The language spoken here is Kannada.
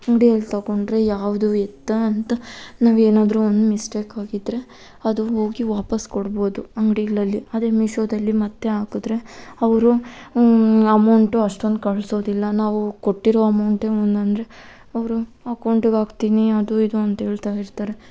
ಅಂಗ್ಡಿಯಲ್ಲಿ ತೊಗೊಂಡ್ರೆ ಯಾವುದು ಎತ್ತ ಅಂತ ನಾವು ಏನಾದರೂ ಒಂದು ಮಿಸ್ಟೇಕಾಗಿದ್ದರೆ ಅದು ಹೋಗಿ ವಾಪಸ್ ಕೊಡ್ಬೋದು ಅಂಗಡಿಗಳಲ್ಲಿ ಅದೇ ಮೀಶೋದಲ್ಲಿ ಮತ್ತೆ ಹಾಕದ್ರೆ ಅವರು ಅಮೌಂಟು ಅಷ್ಟೊಂದು ಕಳಿಸೋದಿಲ್ಲ ನಾವು ಕೊಟ್ಟಿರೋ ಅಮೌಂಟನ್ನು ಅಂದರೆ ಅವರು ಅಕೌಂಟಿಗೆ ಹಾಕ್ತೀನಿ ಅದು ಇದು ಅಂತ ಹೇಳ್ತಾ ಇರ್ತಾರೆ